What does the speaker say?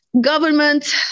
government